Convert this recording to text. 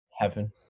heaven